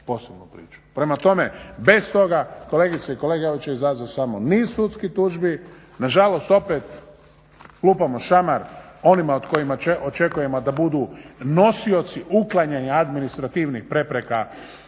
posebnu priču. Prema tome, bez toga kolegice i kolege, ovo će izazvati samo niz sudskih tužbi. Nažalost opet lupamo šamar onima od kojih očekujemo da budu nosioci uklanjanja administrativnih prepreka